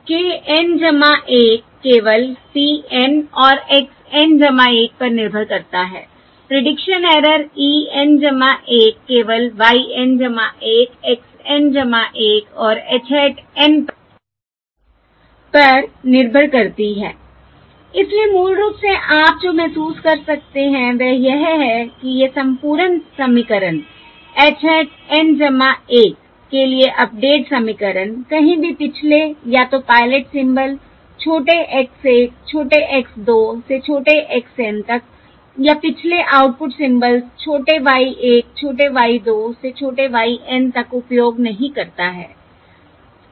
k N 1 केवल p N और x N 1 पर निर्भर करता है प्रीडिक्शन एरर e N 1 केवल y N 1 x N 1 और h hat N पर निर्भर करती है इसलिए मूल रूप से आप जो महसूस कर सकते हैं वह यह है कि यह संपूर्ण समीकरण h hat N 1 के लिए अपडेट समीकरण कहीं भी पिछले या तो पायलट सिंबल्स छोटे x 1 छोटे x 2 से छोटे x N तक या पिछले आउटपुट सिम्बल्स छोटे y 1 छोटे y 2 से छोटे y N तक उपयोग नहीं करता है ठीक